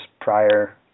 prior